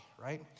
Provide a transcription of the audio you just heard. right